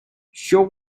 short